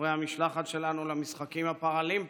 חברי המשלחת שלנו למשחקים הפראלימפיים,